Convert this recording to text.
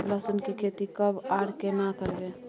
लहसुन की खेती कब आर केना करबै?